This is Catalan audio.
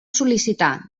sol·licitar